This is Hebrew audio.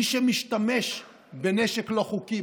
מי שמשתמש בנשק לא חוקי,